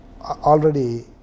already